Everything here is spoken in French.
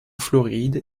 floride